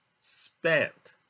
spent